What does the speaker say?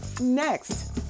next